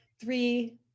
three